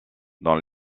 dans